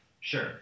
Sure